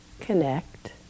connect